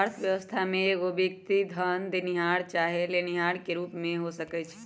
अर्थव्यवस्था में एगो व्यक्ति धन देनिहार चाहे लेनिहार के रूप में हो सकइ छइ